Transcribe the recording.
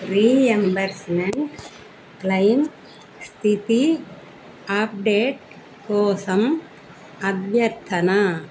reimbursement claim స్థితి update కోసం అభ్యర్థన